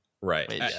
right